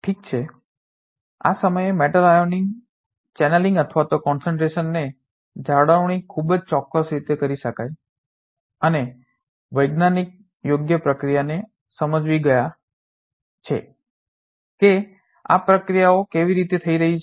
ઠીક છે આ સમયે મેટલ આયનો ચેનલિંગ અથવા કોન્સેન્ટ્રેશને concentration સાંદ્રતા જાળવણી ખૂબ ચોક્કસ રીતે કરી શકાય છે અને વૈજ્ઞાનિક યોગ્ય પ્રક્રિયાને સમજી ગયા છે કે આ પ્રક્રિયાઓ કેવી રીતે થઈ રહી છે